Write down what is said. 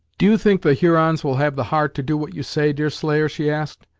do you think the hurons will have the heart to do what you say, deerslayer? she asked.